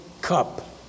cup